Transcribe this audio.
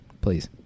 Please